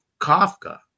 Kafka